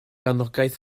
anogaeth